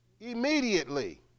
immediately